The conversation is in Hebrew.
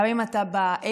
גם אם אתה ב-ADL,